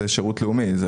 זה שירות לאומי.